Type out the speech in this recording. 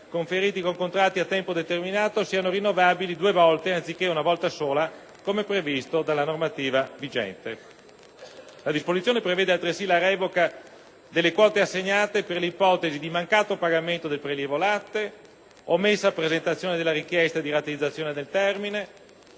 conferiti con contratti a tempo determinato siano rinnovabili due volte anziché una sola volta, come previsto dalla normativa vigente. La disposizione prevede altresì la revoca delle quote assegnate per le ipotesi di mancato pagamento del prelievo latte, di omessa presentazione della richiesta di rateizzazione nel termine,